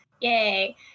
yay